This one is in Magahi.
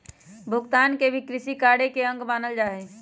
पशुपालन के भी कृषिकार्य के अंग मानल जा हई